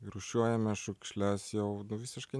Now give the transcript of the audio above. rūšiuojame šiukšles jau nu visiškai